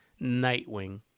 nightwing